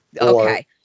Okay